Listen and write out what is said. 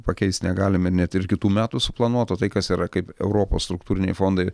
pakeist negalime net ir kitų metų suplanuota tai kas yra kaip europos struktūriniai fondai